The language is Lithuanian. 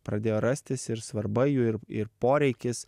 pradėjo rastis ir svarba jų ir ir poreikis